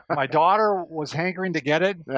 but my daughter was hankering to get it,